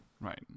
right